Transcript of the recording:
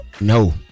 No